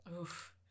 Oof